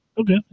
Okay